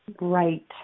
Right